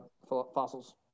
fossils